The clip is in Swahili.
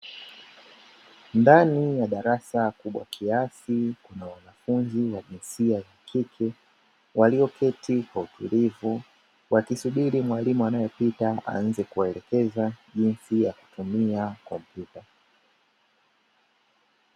Ndani ya darasa kubwa kiasi la wanafunzi wa jinsia ya kike, walioketi kwa utulivu, wakisubiri mwalimu anayepita aanze kuwaelekeza jinsi ya kutumia kompyuta.